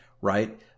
right